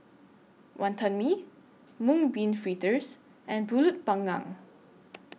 Wonton Mee Mung Bean Fritters and Pulut Panggang